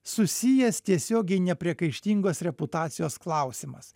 susijęs tiesiogiai nepriekaištingos reputacijos klausimas